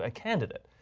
ah candidate.